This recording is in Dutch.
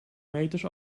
meters